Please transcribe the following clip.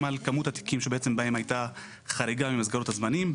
על כמות התיקים שבהם הייתה חריגה במסגרות הזמנים,